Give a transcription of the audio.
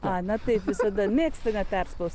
a na taip visada mėgstame perspausti